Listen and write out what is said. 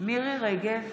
בהצבעה מירי מרים רגב,